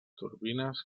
turbines